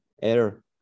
air